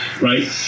right